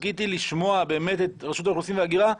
חיכיתי לשמוע באמת את ראשות האוכלוסין וההגירה,